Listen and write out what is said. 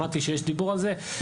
שמעתי שיש דיבור על זה,